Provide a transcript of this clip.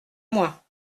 moins